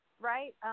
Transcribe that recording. right